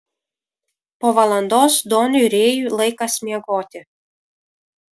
po valandos doniui rėjui laikas miegoti